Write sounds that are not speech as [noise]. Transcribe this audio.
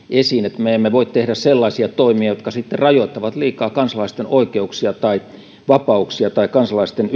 esiin että me emme voi tehdä sellaisia toimia jotka sitten rajoittavat liikaa kansalaisten oikeuksia tai vapauksia tai kansalaisten [unintelligible]